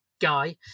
guy